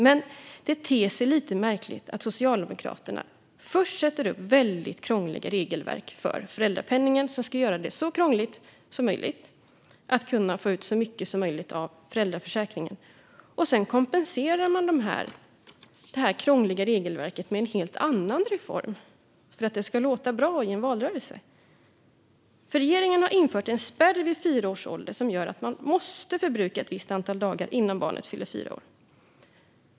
Men det ter sig lite märkligt att Socialdemokraterna först sätter upp krångliga regelverk för föräldrapenningen, gör det så krångligt som möjligt att få ut så mycket som möjligt av föräldraförsäkringen, och sedan kompenserar det med en helt annan reform, för att det ska låta bra i en valrörelse. Regeringen har infört en spärr vid fyra års ålder som gör att man måste förbruka ett visst antal föräldradagar innan barnet fyller fyra år.